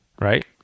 Right